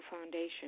foundation